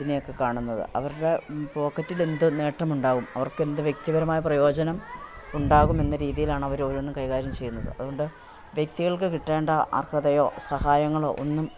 ഇതിനെയൊക്കെ കാണുന്നത് അവരുടെ പോക്കറ്റിലെന്ത് നേട്ടമുണ്ടാവും അവർക്കെന്ത് വ്യക്തിപരമായ പ്രയോജനം ഉണ്ടാകുമെന്ന രീതിയിലാണ് അവരോരോന്നും കൈകാര്യം ചെയ്യുന്നത് അതുകൊണ്ട് വ്യക്തികൾക്ക് കിട്ടേണ്ട അർഹതയോ സഹായങ്ങളോ ഒന്നും